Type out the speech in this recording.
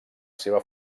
seva